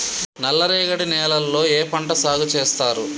నల్లరేగడి నేలల్లో ఏ పంట సాగు చేస్తారు?